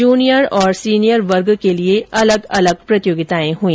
junior और senior वर्ग के लिए अलग अलग प्रतियोगिताएं हुई